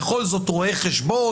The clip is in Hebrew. בכל זאת, רואי חשבון.